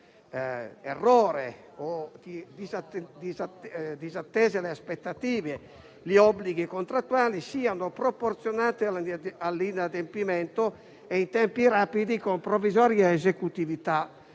errore o disattesi le aspettative e gli obblighi contrattuali, siano proporzionate all'inadempimento e comminate in tempi rapidi, con provvisoria esecutività